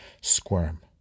squirm